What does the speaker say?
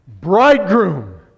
Bridegroom